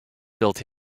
built